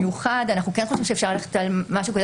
אנחנו כן חושבים שאפשר ללכת על משהו כזה